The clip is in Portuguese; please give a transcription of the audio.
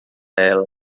ela